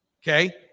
Okay